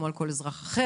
כמו על כל אזרח אחר.